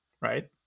right